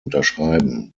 unterschreiben